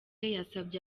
yasabye